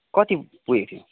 कति पुगेको थियो